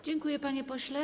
Dziękuję, panie pośle.